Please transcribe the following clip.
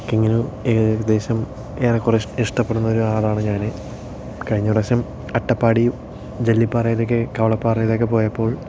ട്രക്കിങ്ങിന് ഏകദേശം ഏറെകുറെ ഇഷ് ഇഷ്ടപ്പെടുന്ന ഒരാളാണ് ഞാൻ കഴിഞ്ഞ പ്രാവശ്യം അട്ടപ്പാടിയും ജല്ലിപ്പാറയിലൊക്കെ കവളപ്പാറയിലൊക്കെ പോയപ്പോള്